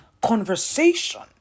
conversation